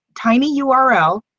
tinyURL